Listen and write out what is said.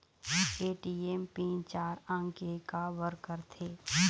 ATM PIN चार अंक के का बर करथे?